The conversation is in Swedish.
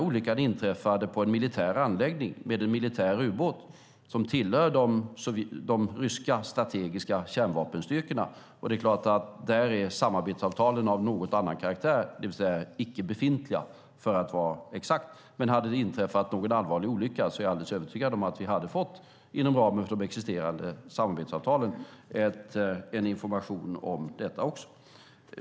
Olyckan inträffade på en militär anläggning med en militär ubåt som tillhör de ryska strategiska kärnvapenstyrkorna. Där är samarbetsavtalen av något annan karaktär, det vill säga icke befintliga - för att vara exakt. Men hade det inträffat någon allvarlig olycka är jag alldeles övertygad om att vi hade fått, inom ramen för existerande samarbetsavtal, en information.